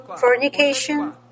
fornication